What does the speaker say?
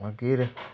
मागीर